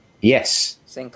yes